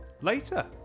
later